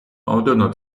მომდევნო